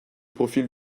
profil